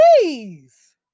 please